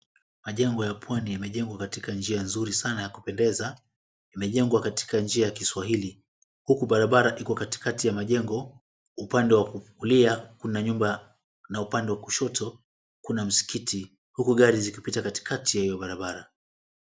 Majengo ya pwani yamejengwa katika njia nzuri sana ya kupendeza. Imejengwa katika njia ya kiswahili huku barabara iko katikati ya majengo. Upande wa kulia kuna nyumba na upande wa kushoto kuna msikiti huku gari zikipita katikati ya hio barabara.